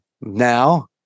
now